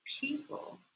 people